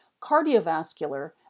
cardiovascular